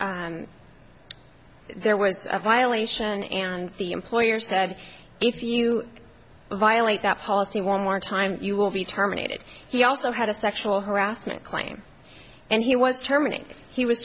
there was a violation and the employer said if you violate that policy one more time you will be terminated he also had a sexual harassment claim and he